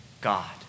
God